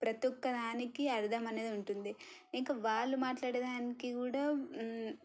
ప్రతీ ఒక్క దానికి అర్థం అనేది ఉంటుంది ఇంకా వాళ్ళు మాట్లాడే దానికి గూడా